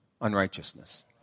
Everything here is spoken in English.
unrighteousness